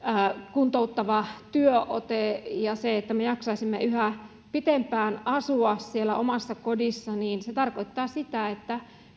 olisi kuntoututtava työote ja että me jaksaisimme yhä pitempään asua siellä omassa kodissa niin se tarkoittaa sitä että